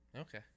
okay